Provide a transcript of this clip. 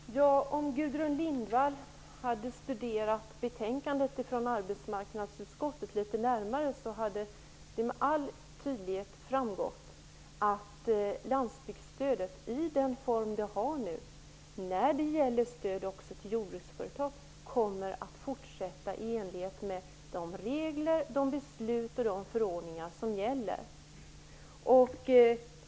Herr talman! Om Gudrun Lindvall litet närmare hade studerat arbetsmarknadsutskottets betänkande skulle det med all tydlighet ha framgått att landsbygdsstödet i dess nuvarande form också när det gäller stöd till jordbruksföretag kommer att fortsatt ges i enlighet med regler, beslut och förordningar som gäller.